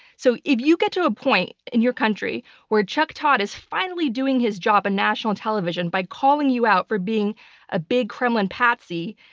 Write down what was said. so if you get to a point in your country where chuck todd is finally doing his job on national television by calling you out for being a big kremlin patsy,